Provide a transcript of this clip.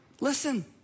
listen